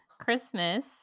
Christmas